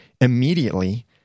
immediately